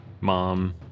Mom